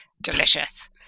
delicious